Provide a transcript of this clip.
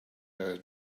her